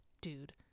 dude